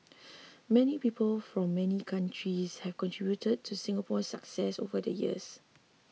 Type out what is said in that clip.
many people from many countries have contributed to Singapore's success over the years